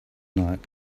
night